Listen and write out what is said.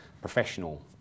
professional